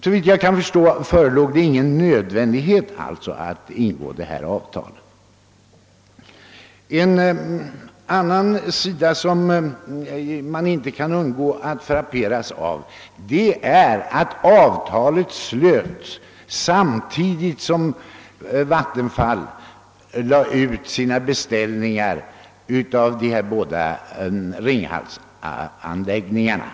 Såvitt jag förstår var det alltså inte nödvändigt att ingå detta avtal. En annan sida av saken som man inte kan undgå att frapperas av är att av talet slöts samtidigt som Vattenfall lade ut sina beställningar av de båda Ringhalsanläggningarna.